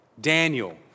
Daniel